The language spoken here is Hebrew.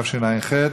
מי נמנע?